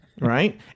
right